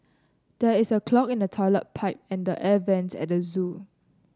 there is a clog in the toilet pipe and the air vents at the zoo